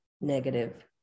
negative